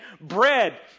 bread